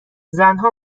زنها